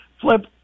Flip